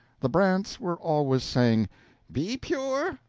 the brants were always saying be pure,